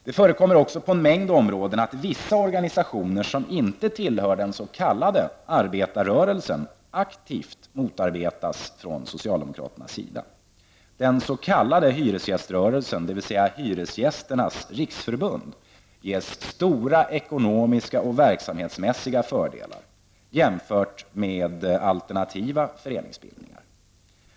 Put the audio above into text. Det förekommer också på en mängd områden att vissa organisationer som inte tillhör den s.k. arbetarrörelsen aktivt motarbetas från socialdemokraternas sida. Den s.k. hyresgäströrelsen, dvs. Hyresgästernas riksförbund, ges stora ekonomiska och verksamhetsmässiga fördelar, jämfört med alternativa föreningsbildningar.